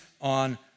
on